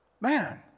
Man